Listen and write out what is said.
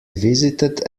visited